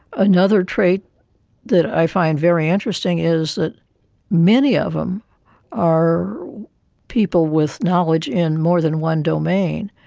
another trait that i find very interesting is that many of them are people with knowledge in more than one domain.